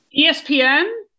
ESPN